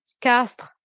Castres